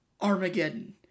Armageddon